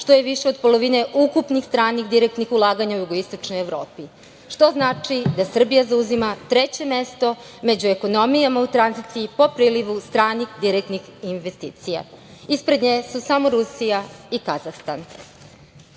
što je više od polovine ukupnih stranih direktnih ulaganja u jugoistočnoj Evropi, što znači da Srbija zauzima treće mesto među ekonomijama u tranziciji po prilivu stranih direktnih investicija. Ispred nje su samo Rusija i Kazahstan. Zbog